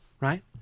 Right